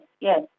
yes